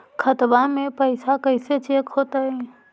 खाता में पैसा कैसे चेक हो तै?